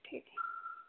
ठीक